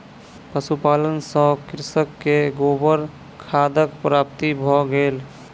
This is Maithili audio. पशुपालन सॅ कृषक के गोबर खादक प्राप्ति भ गेल